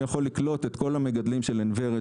אני יכול לקלוט את כל המגדלים של עין ורד,